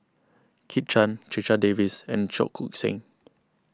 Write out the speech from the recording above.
Kit Chan Checha Davies and Cheong Koon Seng